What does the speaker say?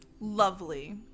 Lovely